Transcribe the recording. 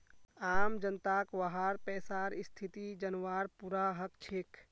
आम जनताक वहार पैसार स्थिति जनवार पूरा हक छेक